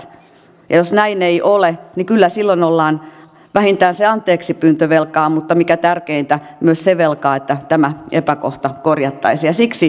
ja jos näin ei ole niin kyllä silloin ollaan vähintään se anteeksipyyntö velkaa mutta mikä tärkeintä myös se velkaa että tämä epäkohta korjattaisiin